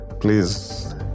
Please